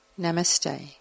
Namaste